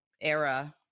era